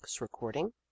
RECORDING